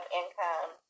income